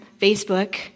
Facebook